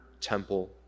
temple